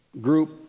group